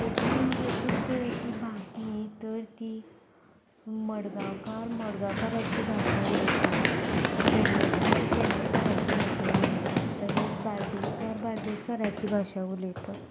कोंकणी ही एकच तरेची भास न्ही तर ती मडगांवकार मडगांवकाराची भाशा उलयता पेडणेकार पेडणेकाराची भाशा उलयतात तशेंच बारदेसकार बारदेसकाराची भाशा उलयतात